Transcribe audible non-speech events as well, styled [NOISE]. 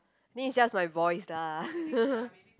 then it's just my voice lah [LAUGHS]